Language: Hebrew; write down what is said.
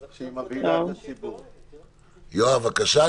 יואב, בבקשה.